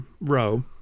row